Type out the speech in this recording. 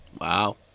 Wow